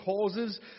causes